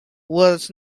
was